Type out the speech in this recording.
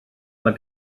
mae